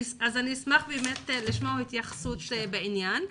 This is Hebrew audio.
אז אני אשמח לשמוע התייחסות בעניין.